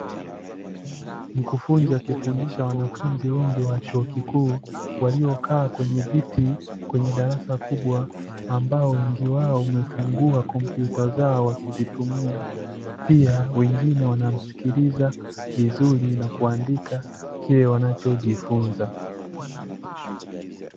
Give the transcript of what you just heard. Mkufunzi akifundisha wanafunzi wengi wa chuo kikuu waliokaa kwenye viti kwenye darasa kubwa, ambao wengi wao wamefungua kompyuta zao wakizitumia. Pia wengine wanamsikiliza vizuri na kuandika kile wanachojifunza.